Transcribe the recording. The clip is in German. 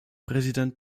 präsident